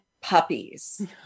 puppies